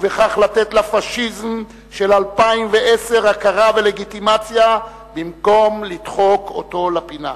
ובכך לתת לפאשיזם של 2010 הכרה ולגיטימציה במקום לדחוק אותו לפינה.